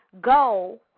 go